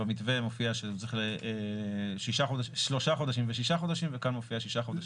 במתווה מופיע 3 חודשים ו-6 חודשים וכאן מופיע 6 חודשים.